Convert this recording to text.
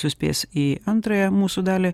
suspės į antrąją mūsų dalį